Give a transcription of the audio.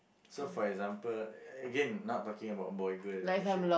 so for example again not talking about boy girl relationship